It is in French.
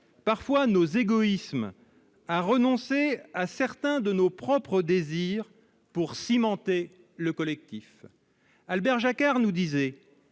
parfois nos égoïsmes, à renoncer à certains de nos désirs pour cimenter le collectif. Albert Jacquard le disait